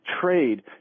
trade